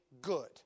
good